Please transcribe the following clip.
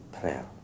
prayer